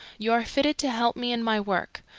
you are fitted to help me in my work.